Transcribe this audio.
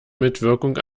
mitwirkung